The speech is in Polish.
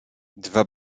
dwa